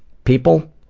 people,